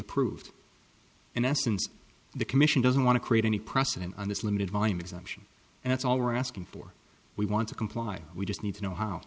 approved in essence the commission doesn't want to create any precedent on this limited volume exemption and that's all we're asking for we want to comply we just need to know how